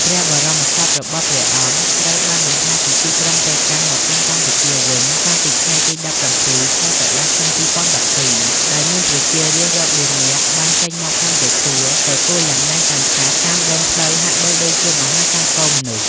ព្រះបរមសពរបស់ព្រះអង្គត្រូវបានដង្ហែពីទីក្រុងប៉េកាំងមកកាន់កម្ពុជាវិញ កាលពីថ្ងៃទី ១៧ ខែ តុលា ឆ្នាំ ២០១២ ដោយមានប្រជារាស្ត្ររាប់លាននាក់បានចេញមកចាំទទួលទទួលយ៉ាងណែនណាន់តាន់តាប់តាមដងផ្លូវហាក់បីដូចជាមហាសាគរមនុស្ស។